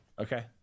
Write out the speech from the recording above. Okay